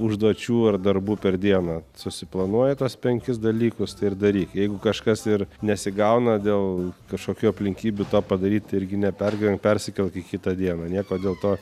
užduočių ar darbų per dieną susiplanuoji tuos penkis dalykus tai ir daryk jeigu kažkas ir nesigauna dėl kažkokių aplinkybių to padaryt tai irgi nepergyvenk persikelk į kitą dieną nieko dėl to